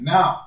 Now